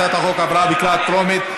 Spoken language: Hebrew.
הצעת החוק עברה בקריאה טרומית,